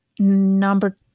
Number